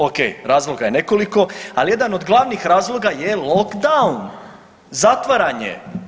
Ok, razloga je nekoliko ali jedan od glavnih razloga je lockdown, zatvaranje.